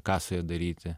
ką su ja daryti